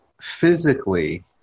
physically